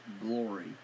glory